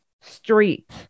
street